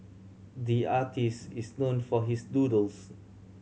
the artist is known for his doodles